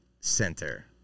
center